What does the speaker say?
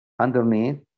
underneath